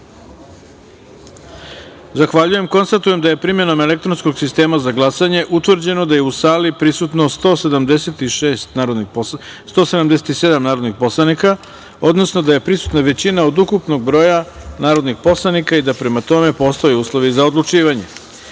jedinice. Zahvaljujem. Konstatujem da je, primenom elektronskog sistema za glasanje, utvrđeno da je u sali prisutno 177 narodnih poslanika, odnosno da je prisutna većina od ukupnog broja narodnih poslanika i da, prema tome, postoje uslovi za odlučivanje. Prelazimo